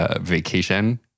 vacation